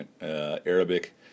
Arabic